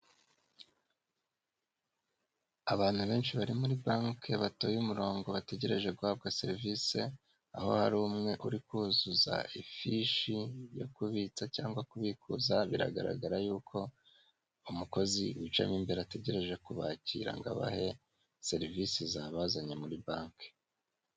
Abantu benshi bari muri banki batoye umurongo bategereje guhabwa serivisi, aho hari umwe uri kuzuza ifishi yo kubitsa cyangwa kubikuza biragaragara yuko umukozi wicamo imbere ategereje kubakira ngo abahe serivisi zabazanye muri banki.